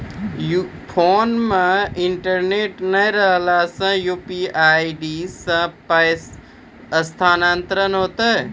Phone मे internet नै रहला सॅ, यु.पी.आई सॅ पाय स्थानांतरण हेतै?